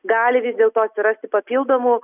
gali vis dėlto atsirasti papildomų